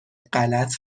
غلط